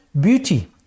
beauty